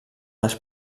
les